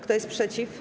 Kto jest przeciw?